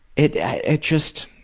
it it just,